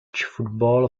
football